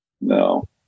No